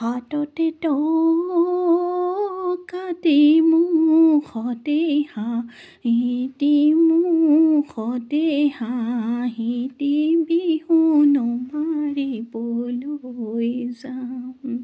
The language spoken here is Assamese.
হাততে টকাটি মুখতে হাঁহিটি মুখতে হাঁহিটি বিহুনো মাৰিবলৈ যাওঁ